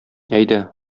әйдә